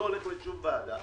לא הולך לשום ועדה